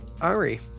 Ari